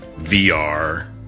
VR